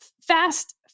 fast